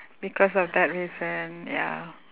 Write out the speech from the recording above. because of that reason ya